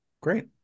great